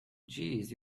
jeez